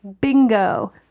bingo –